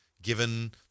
given